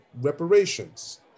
Reparations